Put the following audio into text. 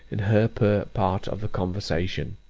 in her part of the conversation.